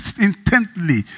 intently